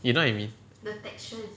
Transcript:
you know what I mean